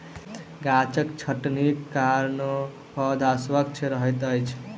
गाछक छटनीक कारणेँ पौधा स्वस्थ रहैत अछि